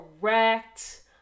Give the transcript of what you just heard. correct